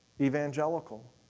evangelical